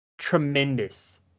Tremendous